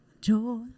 joy